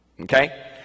Okay